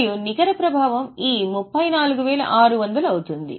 మరియు నికర ప్రభావం ఈ 34600 అవుతుంది